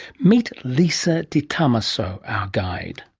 meet lisa di tommaso, our guide.